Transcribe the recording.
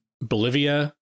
Bolivia